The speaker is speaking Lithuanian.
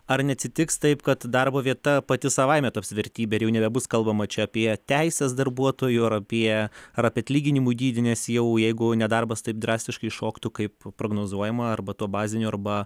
ar neatsitiks taip kad darbo vieta pati savaime taps vertybe ir jau nebebus kalbama čia apie teises darbuotojų ar apie ar apie atlyginimų dydį nes jau jeigu nedarbas taip drastiškai šoktų kaip prognozuojama arba to bazinio arba